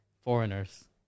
foreigners